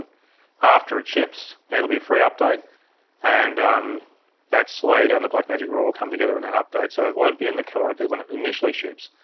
after it ships. it'll be a free update and that slate and the blackmagic raw will come together in that update so it won't be in the cameras when it initially ships,